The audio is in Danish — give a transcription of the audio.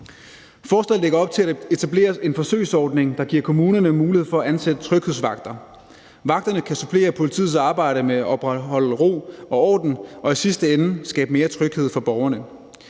Forslaget lægger op til, at der etableres en forsøgsordning, der giver kommunerne mulighed for at ansætte tryghedsvagter. Vagterne kan supplere politiets arbejde med at opretholde ro og orden og i sidste ende skabe mere tryghed for borgerne.